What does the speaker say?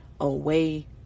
away